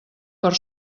per